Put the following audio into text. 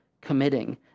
committing